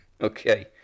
okay